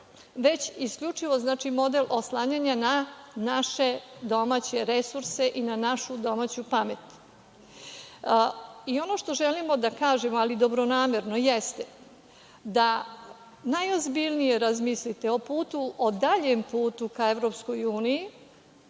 već isključivo model oslanjanja na naše domaće resurse i na našu domaću pamet. Ono što želimo da kažemo, ali dobronamerno jeste da najozbiljnije razmislite o putu, o daljem putu ka EU, znači,